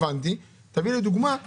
עכשיו תראי לי דוגמה.